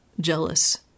jealous